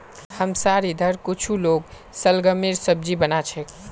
हमसार इधर कुछू लोग शलगमेर सब्जी बना छेक